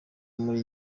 muri